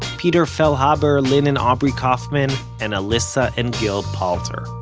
peter fehlhaber, lynn and aubrey kauffman and elisa and gil palter.